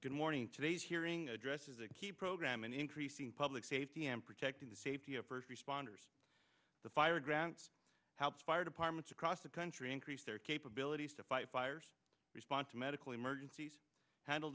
good morning today's hearing addresses a key program in increasing public safety and protecting the safety of first responders the fire grants house fire departments across the country increase their capabilities to fight fires respond to medical emergencies handle